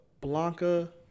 Blanca